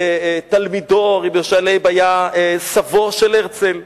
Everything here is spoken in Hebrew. שתלמידו, רבי לייב, היה סבו של הרצל.